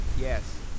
Yes